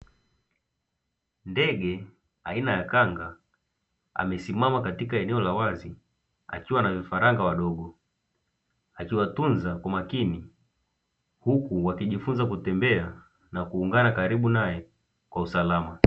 Ndege aina ya kanga amesimama katika eneo la wazi akiwa na vifaranga wadogo akiwatunza kwa makini, huku wakijifunza kutembea na kuungana karibu nae kwa usalama.